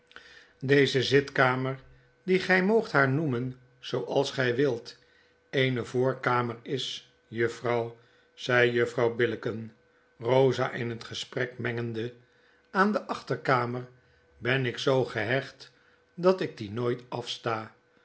deze zitkamer die gg moogt haarnoemen zooals gg wilt eene voorkamer is juffrouw zei juffrouw billicken bosa in het gesprek mengende aan de achterkamer ben ik zoo gehecht dat ik die nooit afsta